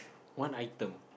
one item